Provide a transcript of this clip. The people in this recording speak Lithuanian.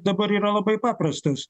dabar yra labai paprastas